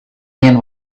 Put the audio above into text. man